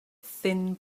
thin